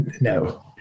No